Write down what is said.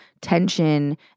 tension